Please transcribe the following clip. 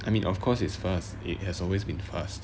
I mean of course it's fast it has always been fast